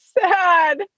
sad